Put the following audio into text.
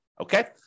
Okay